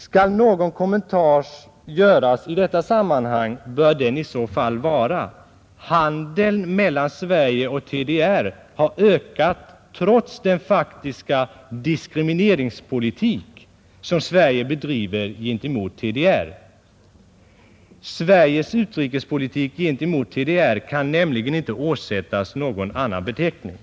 Skall någon kommentar göras i detta sammanhang bör den i Torsdagen den så fall vara: Handeln mellan Sverige och TDR har ökat trots den faktiska maj 1971 diskrimineringspolitik som Sverige bedriver gentemot TDR. Sveriges utrikespolitik gentemot TDR kan nämligen inte åsättas någon annan Upprättande av beteckning.